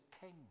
king